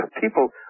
People